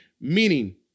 meaning